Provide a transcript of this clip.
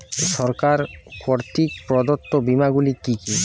সরকার কর্তৃক প্রদত্ত বিমা গুলি কি কি?